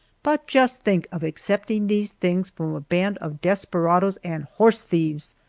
but just think of accepting these things from a band of desperadoes and horse thieves!